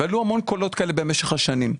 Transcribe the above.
עלו המון קולות כאלה במשך השנים.